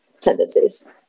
tendencies